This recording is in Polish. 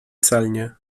celnie